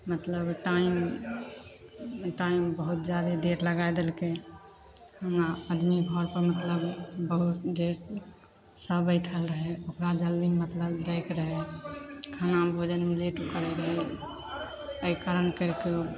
मतलब time time बहुत जादे देर लगै देलकै वहाँ आदमी घरपर मतलब बहुत देरसे बैठल रहै ओकरा जल्दी मतलब दैके रहै खाना भोजनमे लेट करि एहि कारण करिके